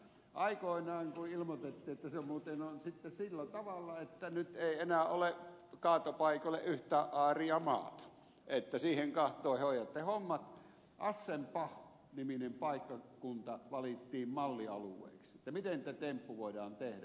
aikoinaan kun ilmoitettiin että se muuten on sitten sillä tavalla että nyt ei enää ole kaatopaikoille yhtään aaria maata ja siihen kahtoen hoidatte hommat niin aschenbach niminen paikkakunta valittiin mallialueeksi siihen miten se temppu voidaan tehdä